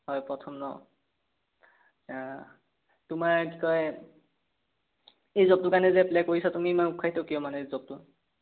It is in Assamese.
হয় প্ৰথম ন তোমাৰ কি কয় এই জবটোৰ কাৰণে যে এপ্লাই কৰিছা তুমি ইমান উৎসাহিত কিয় মানে জবটো